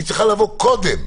היא צריכה לבוא קודם.